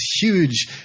huge